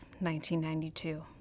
1992